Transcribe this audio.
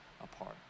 apart